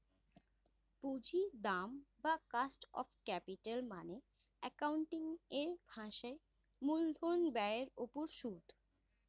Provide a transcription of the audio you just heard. পুঁজির দাম বা কস্ট অফ ক্যাপিটাল মানে অ্যাকাউন্টিং এর ভাষায় মূলধন ব্যয়ের উপর সুদ